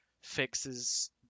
fixes